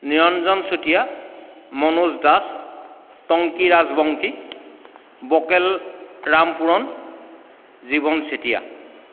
Niranjan Chutia Manoj Das Tonki Rajbongshi Bokel Rampuran Jiban Chetia